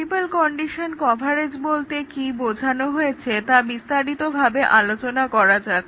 multiple condition coverage বলতে কী বোঝানো হচ্ছে তা বিস্তারিতভাবে আলোচনা করা যাক